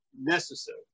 necessary